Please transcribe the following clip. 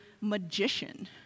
magician